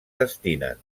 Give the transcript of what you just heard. destinen